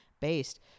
based